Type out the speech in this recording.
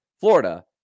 Florida